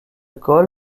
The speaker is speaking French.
col